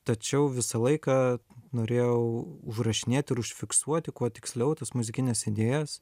tačiau visą laiką norėjau užrašinėt ir užfiksuoti kuo tiksliau tas muzikines idėjas